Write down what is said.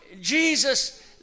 Jesus